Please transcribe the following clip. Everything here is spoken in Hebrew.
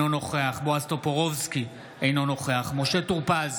אינו נוכח בועז טופורובסקי, אינו נוכח משה טור פז,